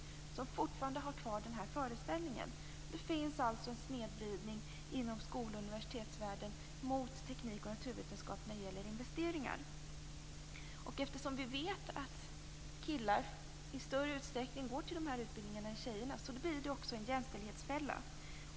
Man har fortfarande kvar den här föreställningen. Det finns alltså en snedvridning inom skol och universitetsvärlden mot teknikoch naturvetenskap när det gäller investeringar. Eftersom vi vet att killar i större utsträckning än tjejer går till de här utbildningarna blir det också en jämställdhetsfälla.